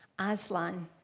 Aslan